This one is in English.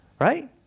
right